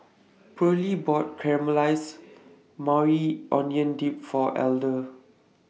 Pearlie bought Caramelized Maui Onion Dip For Elder